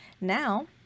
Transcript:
Now